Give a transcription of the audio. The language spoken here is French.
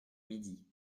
midi